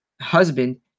husband